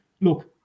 look